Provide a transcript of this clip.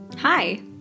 Hi